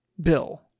bill